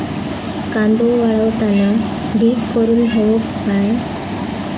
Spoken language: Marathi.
कांदो वाळवताना ढीग करून हवो काय?